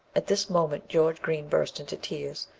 at this moment george green burst into tears,